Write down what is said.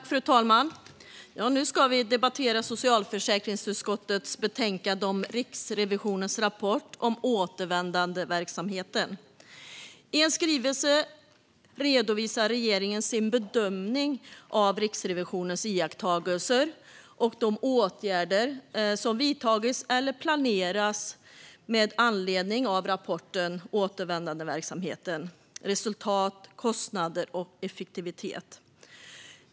Fru talman! Nu ska vi debattera socialförsäkringsutskottets betänkande Riksrevisionens rapport om återvändandeverksamheten . I en skrivelse redovisar regeringen sin bedömning av Riksrevisionens iakttagelser och de åtgärder som vidtagits eller planeras med anledning av rapporten Återvändandeverksamheten - resu ltat , kostnader och effektivitet .